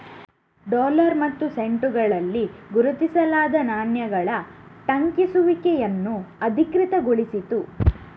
dollar ಮತ್ತು ಸೆಂಟುಗಳಲ್ಲಿ ಗುರುತಿಸಲಾದ ನಾಣ್ಯಗಳ ಟಂಕಿಸುವಿಕೆಯನ್ನು ಅಧಿಕೃತಗೊಳಿಸಿತು